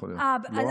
יכול להיות, לא?